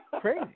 Crazy